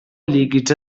líquids